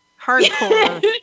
Hardcore